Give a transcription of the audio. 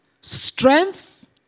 Strength